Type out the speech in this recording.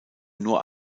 nur